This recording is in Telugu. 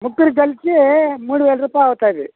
ముగ్గురికి కలిసి మూడు వేలు రూపాయలు అవుతుంది